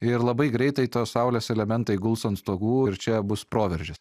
ir labai greitai tos saulės elementai guls ant stogų ir čia bus proveržis